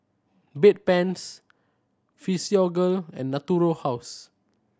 Bedpans Physiogel and Natura House